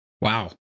Wow